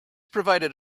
provided